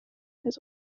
his